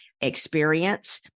experience